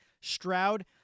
Stroud